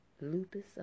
lupus